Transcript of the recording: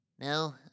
No